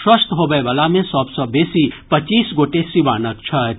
स्वस्थ होबय वला मे सभ सँ बेसी पच्चीस गोटे सीवानक छथि